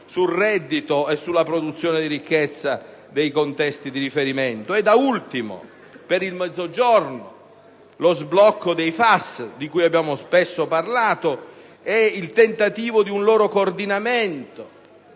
sul reddito e sulla produzione di ricchezza dei contesti di riferimento. Da ultimo, vorrei ricordare per il Mezzogiorno lo sblocco dei FAS, di cui spesso abbiamo parlato ed il tentativo di un loro coordinamento